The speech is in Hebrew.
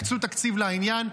תקצו תקציב לעניין.